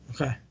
Okay